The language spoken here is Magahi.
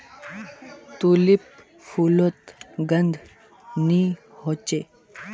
तुलिप फुलोत गंध नि होछे